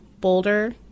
Boulder